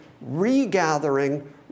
regathering